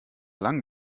lang